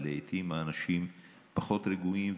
ולעיתים האנשים פחות רגועים,